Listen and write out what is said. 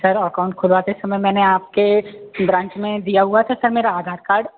sir account खुलवाते समय मैंने आपके ब्रांच में दिया हुआ था सर मेरा आधार कार्ड